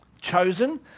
chosen